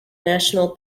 national